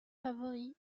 favori